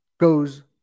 goes